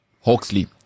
Hawksley